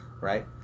right